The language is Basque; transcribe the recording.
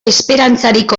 esperantzarik